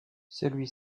celui